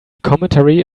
commentary